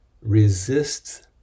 resists